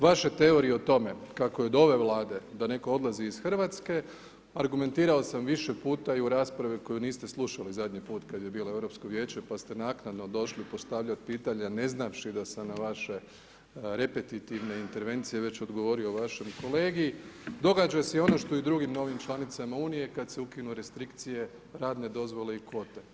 Vaše teorije o tome kako je do ove Vlade da netko odlazi iz Hrvatske, argumentirao sam više puta i u raspravi koju niste slušali zadnji put kada je bilo Europsko vijeće pa ste naknadno došli postavljati pitanja ne znavši da sam na vaše repetitivne intervencije već odgovorio vašem kolegi, događa se i ono što i drugim novim članicama Unije kada se ukinu restrikcije, radne dozvole i kvote.